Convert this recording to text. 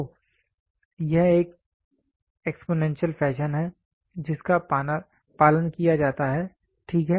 तो यह एक एक्स्पोनेंशियल फैशन है जिसका पालन किया जाता है ठीक है